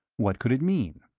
what could it mean?